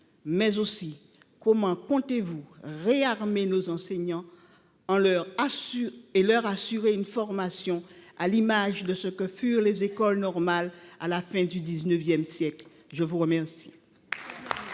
ailleurs, comment comptez vous réarmer nos enseignants et leur assurer une formation, à l’image de ce que furent les écoles normales à la fin du XIX siècle ? La parole